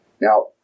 Now